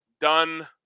done